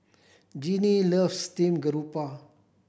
Jeanie loves steamed garoupa